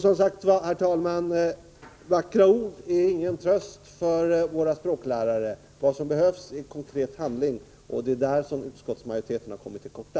Som sagt var, herr talman, är vackra ord ingen tröst för våra språklärare — vad som behövs är konkret handling, öch det är där som utskottsmajoriteten har kommit till korta.